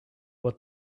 what